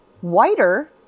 whiter